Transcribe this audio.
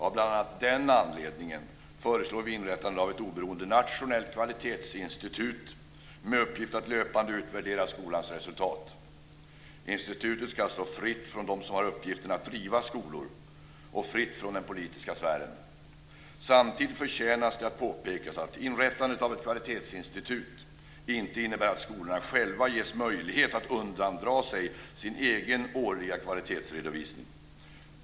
Av bl.a. den anledningen föreslår vi ett inrättande av ett oberoende nationellt kvalitetsinstitut med uppgift att löpande utvärdera skolans resultat. Institutet ska stå fritt från dem som har uppgiften att driva skolor och fritt från den politiska sfären. Samtidigt förtjänar det att påpekas att inrättandet av ett kvalitetsinstitut inte innebär att skolorna ges möjlighet att undandra sig sin egen årliga kvalitetsredovisning.